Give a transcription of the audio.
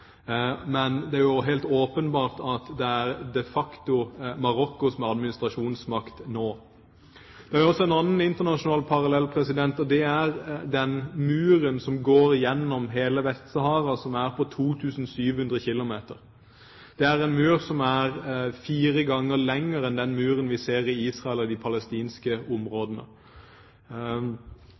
Men det er også helt åpenbart at det de facto er Marokko som er administrasjonsmakt nå. Det er også en annen internasjonal parallell, og det er den muren som går gjennom hele Vest-Sahara, og som er på 2 700 km. Det er en mur som er fire ganger lengre enn den muren vi ser i Israel og de palestinske områdene.